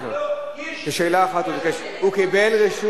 חברת הכנסת רגב, זו לא שעת שאלות לשר השיכון.